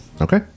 Okay